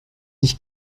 nicht